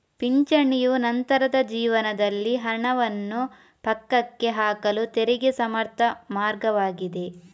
ಪಿಂಚಣಿಯು ನಂತರದ ಜೀವನದಲ್ಲಿ ಹಣವನ್ನು ಪಕ್ಕಕ್ಕೆ ಹಾಕಲು ತೆರಿಗೆ ಸಮರ್ಥ ಮಾರ್ಗವಾಗಿದೆ